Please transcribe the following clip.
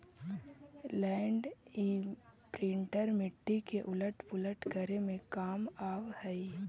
land imprinter मिट्टी के उलट पुलट करे में काम आवऽ हई